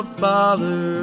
father